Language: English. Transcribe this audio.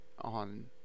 on